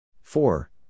four